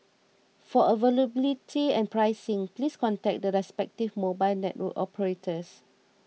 for availability and pricing please contact the respective mobile network operators